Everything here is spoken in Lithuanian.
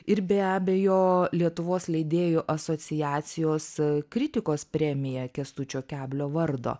ir be abejo lietuvos leidėjų asociacijos kritikos premiją kęstučio keblio vardo